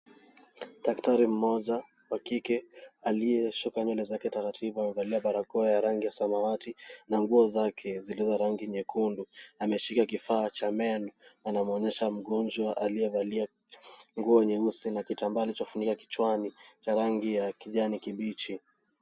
Daktari mmoja wa kike aliyeshuka nyewele zake taratibu amevalia barakoa ya rangi ya samawati na nguo zake zilizo rangi nyekundu. Ameshika kifaa cha meno na anamonyesha mgonjwa aliyevalia nguo nyeusi na kitambaa alichofunika kichwani cha rangi ya kijani kibichi.